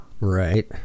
right